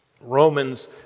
Romans